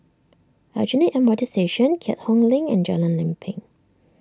Aljunied M R T Station Keat Hong Link and Jalan Lempeng